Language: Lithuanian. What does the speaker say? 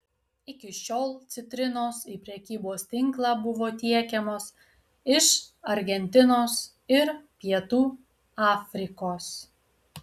iki šiol citrinos į prekybos tinklą buvo tiekiamos iš argentinos ir pietų afrikos